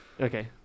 Okay